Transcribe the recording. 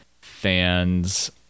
fans